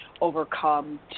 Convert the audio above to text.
overcome